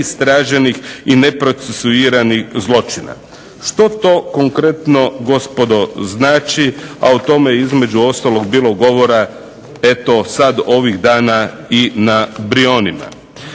neistraženih i neprocesuiranih zločina." Što to konkretno gospodo znači, a o tome je između ostalog bilo govora eto sad ovih dana i na Brijunima.